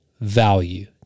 value